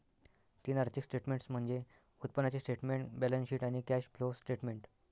तीन आर्थिक स्टेटमेंट्स म्हणजे उत्पन्नाचे स्टेटमेंट, बॅलन्सशीट आणि कॅश फ्लो स्टेटमेंट